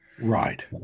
Right